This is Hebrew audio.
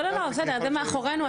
בסדר זה מאחורינו,